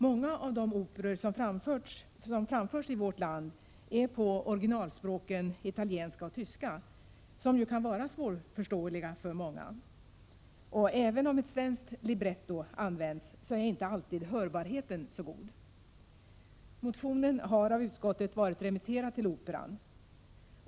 Många av de operor som framförs i vårt land är på originalspråken italienska och tyska, som ju kan vara svårförståeliga för många. Och även om ett svenskt libretto används är inte alltid hörbarheten så god. Motionen har av utskottet varit remitterad till Operan.